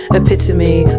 epitome